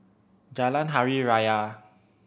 Jalan Hari Raya